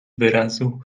wyrazu